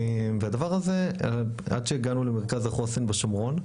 והדבר הזה, עד שהגענו למרכז החוסן בשומרון.